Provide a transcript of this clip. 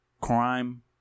crime